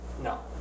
no